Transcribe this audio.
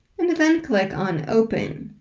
and then click on open.